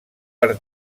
per